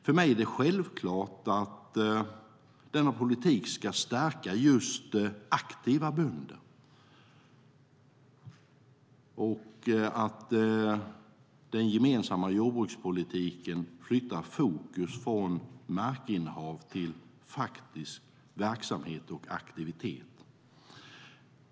För mig är det självklart att denna politik ska stärka just aktiva bönder och att den gemensamma jordbrukspolitiken ska flytta fokus från markinnehav till faktisk verksamhet och aktivitet.